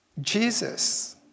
Jesus